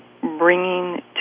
bringing